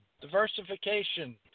diversification